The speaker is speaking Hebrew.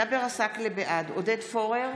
בעד עודד פורר,